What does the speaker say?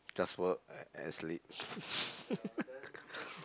just work a~ and sleep